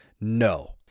No